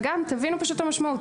וגם תבינו פשוט את המשמעות,